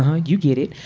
ah you get it.